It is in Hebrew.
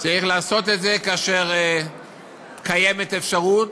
צריך לעשות את זה כאשר קיימת אפשרות.